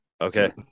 Okay